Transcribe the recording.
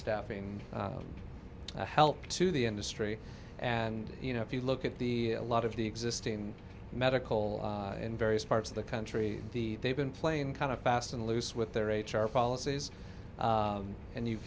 staffing help to the industry and you know if you look at the a lot of the existing medical in various parts of the country they've been playing kind of fast and loose with their h r policies and you